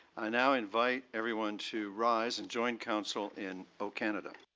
i now invite everyone to rise and join council in o'canada.